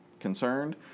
concerned